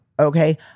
Okay